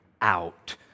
out